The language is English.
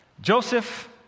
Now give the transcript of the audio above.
joseph